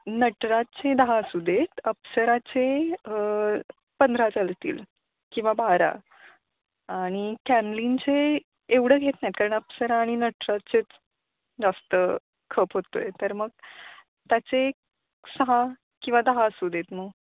नटराजचे दहा असू देत अप्सराचे पंधरा चालतील किंवा बारा आणि कॅमलिनचे एवढं घेत नाहीत कारण अप्सरा आणि नटराजचेच जास्त खप होतो आहे तर मग त्याचे सहा किंवा दहा असू देत मग